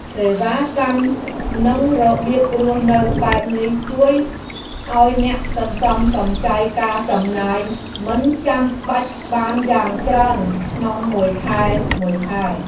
សេវាកម្មនិងរបៀបរស់នៅបែបនេះជួយឱ្យអ្នកសន្សំសំចៃការចំណាយមិនចាំបាច់បានយ៉ាងច្រើនក្នុងមួយខែៗ។